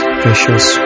precious